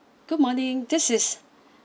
good morning this is